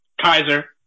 Kaiser